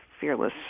fearless